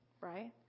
right